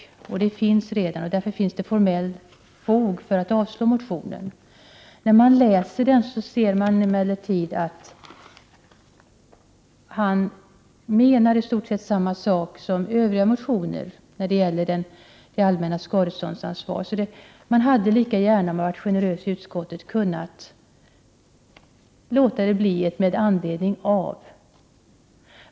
Ett sådant skadestånd finns redan, och därför finns det formellt fog för att avslå motionen. När man läser motionen ser man emellertid att motionären menar i stort sett samma sak som övriga motionärer när det gäller det allmännas skadeståndsansvar. Utskottet hade lika gärna kunnat vara generöst och i sitt yrkande använda orden ”med anledning av”.